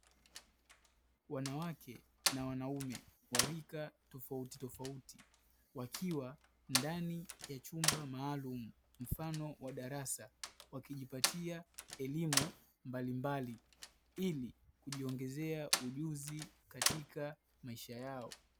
Wanawake na wanaume wa rika tofautitofauti, wakiwa ndani ya chumba maalumu mfano wa darasa wakijipatia elimu mbalimbali ili kujiongezea ujuzi katika maisha yao.